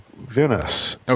Venice